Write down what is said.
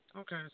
Okay